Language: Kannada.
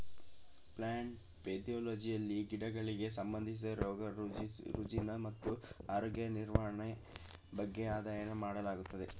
ಪ್ಲಾಂಟ್ ಪೆದೊಲಜಿಯಲ್ಲಿ ಗಿಡಗಳಿಗೆ ಸಂಬಂಧಿಸಿದ ರೋಗ ರುಜಿನ ಮತ್ತು ಆರೋಗ್ಯ ನಿರ್ವಹಣೆ ಬಗ್ಗೆ ಅಧ್ಯಯನ ಮಾಡಲಾಗುತ್ತದೆ